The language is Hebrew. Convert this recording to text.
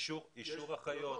אישור אחיות.